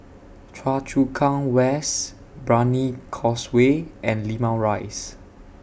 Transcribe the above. Choa Chu Kang West Brani Causeway and Limau Rise